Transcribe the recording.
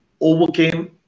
overcame